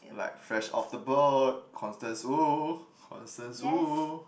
like Fresh Off the boat Constance Wu Constance Wu